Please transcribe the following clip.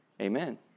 Amen